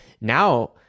Now